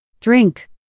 Drink